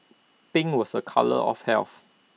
pink was A colour of health